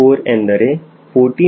4 ಎಂದರೆ 14